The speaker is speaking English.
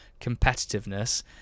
competitiveness